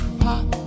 pop